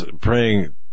praying